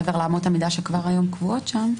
מעבר לאמות המידה שכבר היו קבועות שם,